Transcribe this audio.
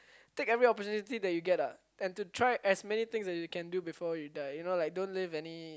take every opportunity that you get lah and to try as many things as you can do before you die you know like don't leave any